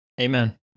Amen